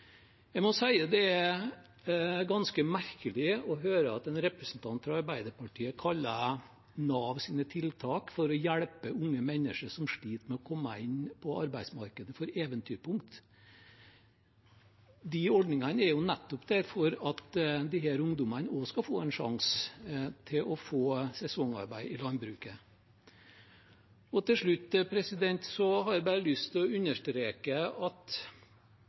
Jeg må si det er ganske merkelig å høre at en representant fra Arbeiderpartiet kaller Navs tiltak for å hjelpe unge mennesker som sliter med å komme inn på arbeidsmarkedet, for «eventyrpunkter». De ordningene er jo nettopp der for at disse ungdommene også skal få en sjanse til å få sesongarbeid i landbruket. Til slutt har jeg bare lyst til å understreke at